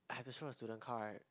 I have to show my student card